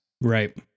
right